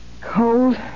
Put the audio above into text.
Cold